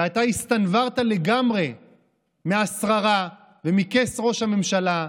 ואתה הסתנוורת לגמרי מהשררה ומכס ראש הממשלה,